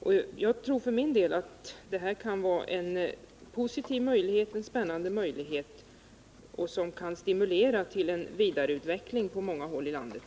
Jag tror för min del att detta kan vara en positiv och spännande möjlighet som kan stimulera till en vidareutveckling på många håll i landet.